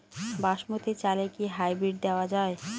বাসমতী চালে কি হাইব্রিড দেওয়া য়ায়?